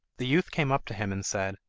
the youth came up to him and said,